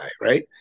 right